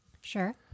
Sure